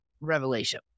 revelation